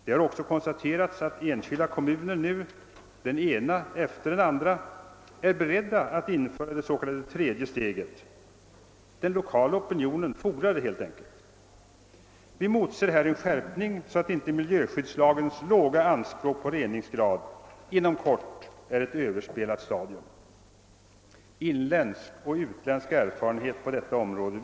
Det har också konstaterats att enskilda kommuner — den ena efter den andra — är beredda att införa det s.k. tredje steget. Den lokala opinionen fordrar det helt enkelt. Vi motser här en skärpning så att miljöskyddslagens låga anspråk inte inom kort är ett överspelat stadium. Inländsk och utländsk erfarenhet på detta område.